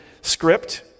script